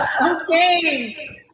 Okay